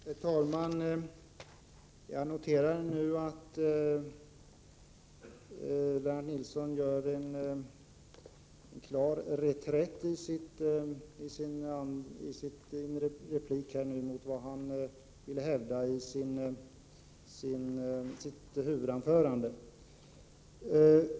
Herr talman! Jag noterar att Lennart Nilsson i sin replik nu klart går till reträtt beträffande det som han ville hävda i sitt huvudanförande.